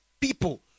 people